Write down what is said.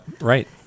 right